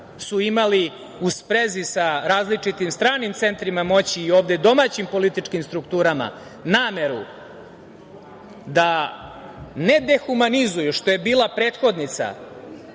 imali u sprezi sa različitim stranim centrima moći i ovde domaćim političkim strukturama nameru da ne dehumanizuju, što je bila prethodnica